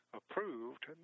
approved